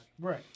Right